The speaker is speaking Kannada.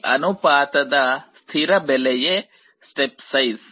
ಈ ಅನುಪಾತದ ಸ್ಥಿರ ಬೆಲೆವೇ ಸ್ಟೆಪ್ ಸೈಜ್